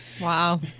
wow